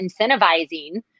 incentivizing